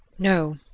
no,